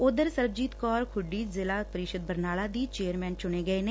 ਉਧਰ ਸਰਬਜੀਤ ਕੌਰ ਖੁੱਡੀ ਜ਼ਿਲ੍ਹਾ ਪਰਿਸ਼ਦ ਬਰਨਾਲਾ ਦੀ ਚੇਅਰਪਰਸਨ ਚੁਣੇ ਗਏ ਨੇ